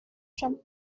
from